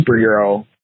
superhero